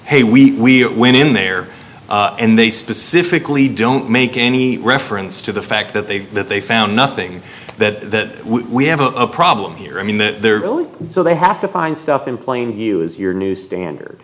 hey we went in there and they specifically don't make any reference to the fact that they that they found nothing that we have a problem here i mean that they're really so they have to find stuff in plain you is your new standard